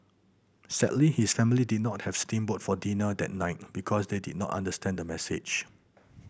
sadly his family did not have steam boat for dinner that night because they did not understand the message